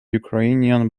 ukrainian